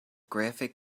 graphic